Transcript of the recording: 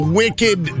wicked